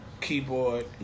keyboard